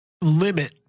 limit